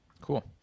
cool